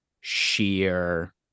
sheer